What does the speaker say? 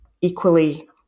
equally